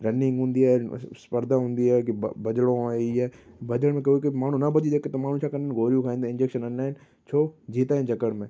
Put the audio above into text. running हुंदी आहे अस स्पर्धा हुंदी आहे की ब भॼिणो आहे हीउ आहे भॼण में कोई कोई माण्हू न भॼी सघे त माण्हू छा कनि गोरियूं खाईंदा आहिनि इंजेक्शन हणंदा आहिनि छो जीतण जे चकर में